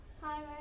Hi